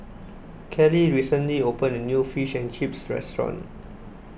Kelly recently opened a new Fish and Chips restaurant